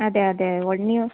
ಅದೇ ಅದೇ ಒಡ ನೀವು